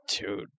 dude